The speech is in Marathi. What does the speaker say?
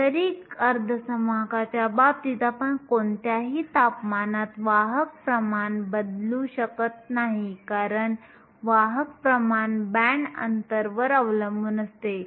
आंतरिक अर्धसंवाहकाच्या बाबतीत आपण कोणत्याही तापमानात वाहक प्रमाण बदलू शकत नाही कारण वाहक प्रमाण बँड अंतरवर अवलंबून असते